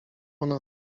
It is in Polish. ona